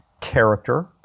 character